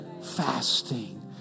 fasting